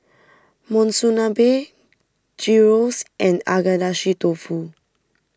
Monsunabe Gyros and Agedashi Dofu